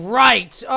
right